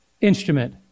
instrument